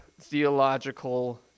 theological